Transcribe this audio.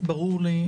ברור לי,